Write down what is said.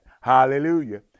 Hallelujah